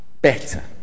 better